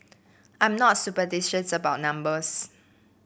I'm not superstitious about numbers